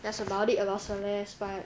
that's about it about celeste but